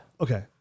Okay